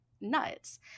nuts